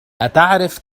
أتعرف